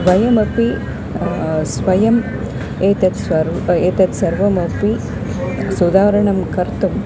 वयमपि स्वयम् एतत् सर्वम् एतत् सर्वमपि सुधारणां कर्तुम्